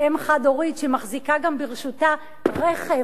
שלפיו אם חד-הורית שמחזיקה ברשותה רכב,